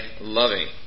loving